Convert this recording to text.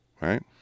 Right